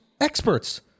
experts